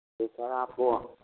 तो सर आपको